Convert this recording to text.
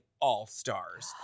all-stars